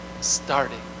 starting